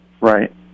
Right